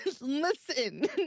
Listen